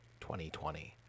2020